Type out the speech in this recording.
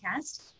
podcast